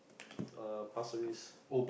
uh Pasir-Ris